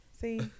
See